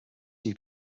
two